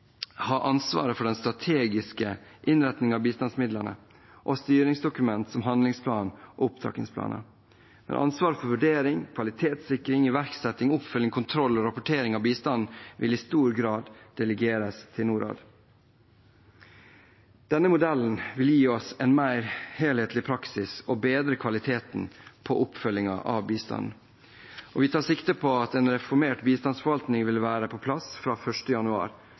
ha ansvar for den strategiske innretningen av bistandsmidlene og styringsdokumenter som handlingsplaner og opptrappingsplaner. Ansvaret for vurdering, kvalitetssikring, iverksetting, oppfølging, kontroll og rapportering av bistanden vil i stor grad delegeres til Norad. Denne modellen vil gi oss en mer helhetlig praksis og bedre kvalitet på oppfølgingen av bistanden. Vi tar sikte på at en reformert bistandsforvaltning vil være på plass fra 1. januar